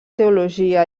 teologia